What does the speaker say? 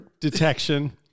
detection